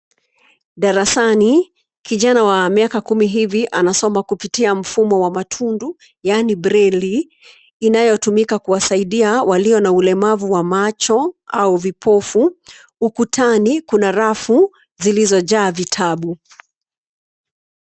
Darasani, kijana wa miaka kumi hivi anasoma kupitia mfumo wa matundu yaani (cs)braille(cs) ,inayotumika kuwasaidia walio na ulemavu wa macho au vipofu. Ukutani kuna rafu zilizojaa vitabu.